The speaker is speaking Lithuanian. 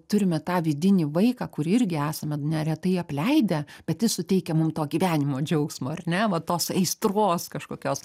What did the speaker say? turime tą vidinį vaiką kurį irgi esame neretai apleidę bet jis suteikia mum to gyvenimo džiaugsmo ar ne va tos aistros kažkokios